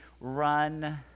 run